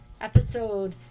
episode